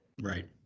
Right